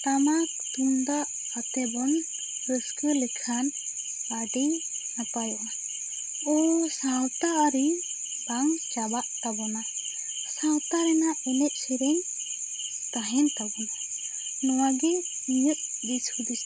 ᱴᱟᱢᱟᱠ ᱛᱩᱢᱫᱟᱜ ᱟᱛᱮ ᱵᱚᱱ ᱨᱟᱹᱥᱠᱟᱹ ᱞᱮᱠᱷᱟᱱ ᱟᱹᱰᱤ ᱱᱟᱯᱟᱭᱚᱜᱼᱟ ᱩᱱ ᱥᱟᱶᱛᱟ ᱟᱹᱨᱤ ᱵᱟᱝ ᱪᱟᱵᱟᱜ ᱛᱟᱵᱚᱱᱟ ᱥᱟᱶᱛᱟ ᱨᱮᱱᱟᱜ ᱮᱱᱮᱡ ᱥᱮᱨᱮᱧ ᱛᱟᱦᱮᱱ ᱛᱟᱵᱚᱱᱟ ᱱᱚᱣᱟ ᱜᱮ ᱤᱧᱟ ᱜ ᱫᱤᱥ ᱦᱩᱫᱤᱥ ᱫᱚ